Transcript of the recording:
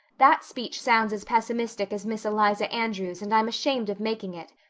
that speech sounds as pessimistic as miss eliza andrews and i'm ashamed of making it.